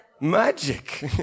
Magic